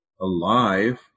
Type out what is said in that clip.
alive